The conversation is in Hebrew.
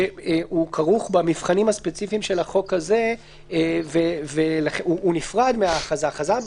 שכרוך במבחנים הספציפיים של החוק הזה והוא נפרד מההכרזה.